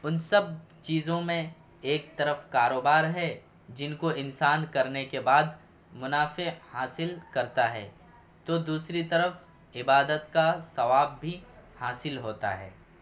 ان سب چیزوں میں ایک طرف کاروبار ہے جن کو انسان کرنے کے بعد منافع حاصل کرتا ہے تو دوسری طرف عبادت کا ثواب بھی حاصل ہوتا ہے